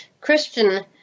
Christian